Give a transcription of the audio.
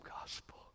gospel